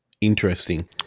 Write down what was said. interesting